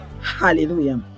Hallelujah